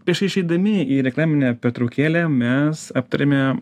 prieš išeidami į reklaminę pertraukėlę mes aptarėme